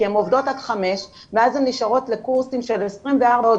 כי הן עובדות עד 17:00 ונשארות לקורס זה